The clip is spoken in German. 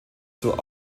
zur